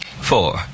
four